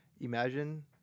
imagine